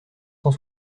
cent